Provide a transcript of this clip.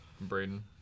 Braden